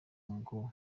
ngo